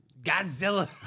Godzilla